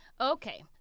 Okay